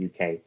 UK